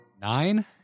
Nine